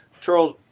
Charles